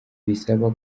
bisaba